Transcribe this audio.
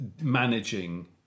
managing